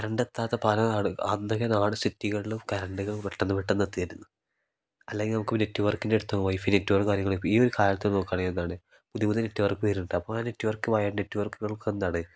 current എത്താത്ത പല നാട് അന്നൊക്കെ നാട് സിറ്റികളിലും കറണ്ട്കൾ പെട്ടെന്ന് പെട്ടെന്ന് എത്തിയിരുന്നു അല്ലെങ്കിൽ നമുക്ക് നെറ്റ്വർക്കിൻറെടുത്തോ വൈഫൈ നെറ്റ്വർക്കും കാര്യങ്ങളും ഈ ഒരു കാലത്ത് നോക്കുകയാണെങ്കിൽ എന്താണ് പുതിയ പുതിയ നെറ്റ്വർക്ക് വരുന്നുണ്ട് അപ്പം ആ നെറ്റ്വർക്ക് വയ നെറ്റ്വർക്കുകൾക്കെന്താണ്